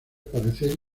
parece